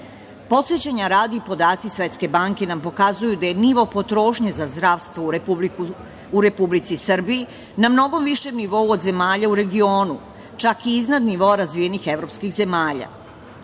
kapacitete. Podsećanja radi podaci Svetske banke nam pokazuju da je nivo potrošnje za zdravstvo u Republici Srbiji na mnogo višem nivou od zemalja u regionu, čak i iznad nivoa razvijenih evropskih zemalja.